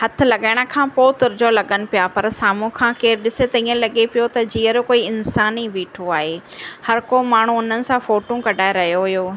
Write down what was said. हथु लॻाइण खां पोइ तुर जो लॻनि पिया पर साम्हूं खां केरु ॾिसे त ईअं लॻे पियो त जीअरो कोई इन्सानु ई बीठो आहे हर को माण्हूं उन्हनि सां फोटूं कढाए रहियो हुयो